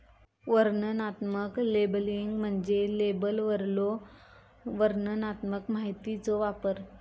वर्णनात्मक लेबलिंग म्हणजे लेबलवरलो वर्णनात्मक माहितीचो वापर